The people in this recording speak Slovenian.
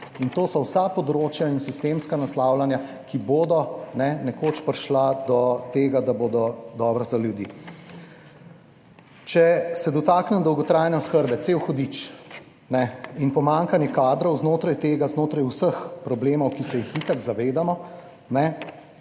in to so vsa področja in sistemska naslavljanja, ki bodo nekoč prišla do tega, da bodo dobra za ljudi. Če se dotaknem dolgotrajne oskrbe, cel hudič. In pomanjkanje kadrov znotraj tega, znotraj vseh problemov, ki se jih itak zavedamo,